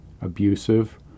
abusive